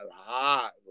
hot